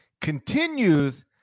continues